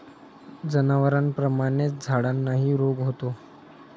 जनावरांप्रमाणेच झाडांनाही रोग होतो